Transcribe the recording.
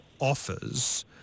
offers